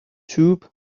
tub